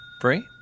Free